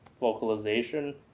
vocalization